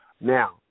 Now